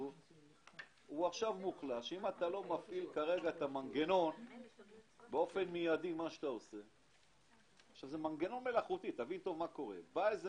פה איזה